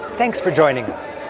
thanks for joining us.